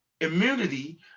immunity